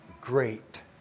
great